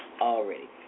already